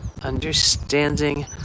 understanding